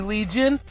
Legion